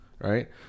Right